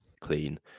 clean